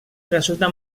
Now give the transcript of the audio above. resulta